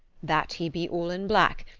that he be all in black,